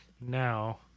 now